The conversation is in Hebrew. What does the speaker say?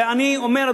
ואני אומר,